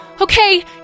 Okay